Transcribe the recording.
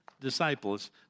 disciples